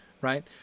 right